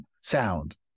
sound